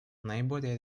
наиболее